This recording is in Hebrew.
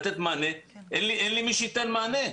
אין לי מי שייתן מענה.